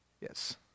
yes